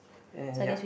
ya